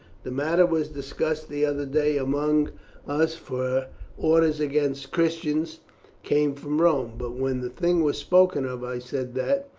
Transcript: the matter was discussed the other day among us, for orders against christians came from rome but when the thing was spoken of i said that,